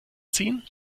ziehen